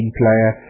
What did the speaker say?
player